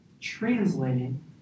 translating